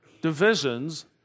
divisions